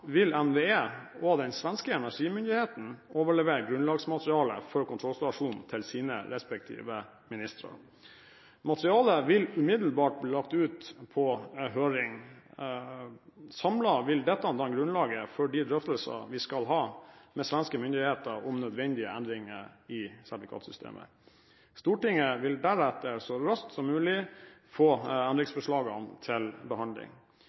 vil NVE og den svenske energimyndigheten overlevere grunnlagsmaterialet for kontrollstasjonen til sine respektive ministre. Materialet vil umiddelbart bli sendt ut på høring. Samlet vil dette danne grunnlaget for de drøftelsene vi skal ha med svenske myndigheter om nødvendige endringer i sertifikatsystemet. Stortinget vil deretter så raskt som mulig få endringsforslagene til behandling.